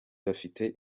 bafite